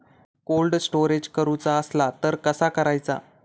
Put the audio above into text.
Cold storage करूचा असला तर कसा करायचा?